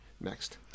next